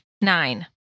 Nine